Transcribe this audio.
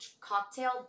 cocktail